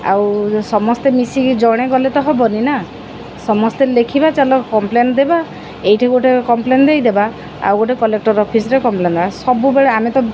ଆଉ ସମସ୍ତେ ମିଶିକି ଜଣେ ଗଲେ ତ ହବନି ନା ସମସ୍ତେ ଲେଖିବା ଚାଲ କମ୍ପ୍ଲେନ୍ ଦେବା ଏଇଠି ଗୋଟେ କମ୍ପ୍ଲେନ ଦେଇଦବା ଆଉ ଗୋଟେ କଲେକ୍ଟର ଅଫିସରେ କମ୍ପ୍ଲେନ ଦବା ସବୁବେଳେ ଆମେ ତ